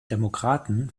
demokraten